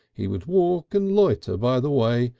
he would walk and loiter by the way,